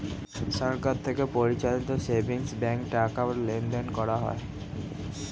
সরকার থেকে পরিচালিত সেভিংস ব্যাঙ্কে টাকা লেনদেন করা হয়